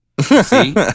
See